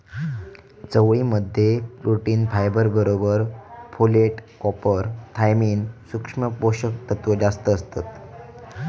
चवळी मध्ये protein, fibre बरोबर फोलेट, कॉपर, थायमिन, सुक्ष्म पोषक तत्त्व जास्तं असतत